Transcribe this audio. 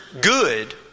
good